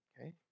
okay